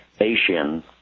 Asian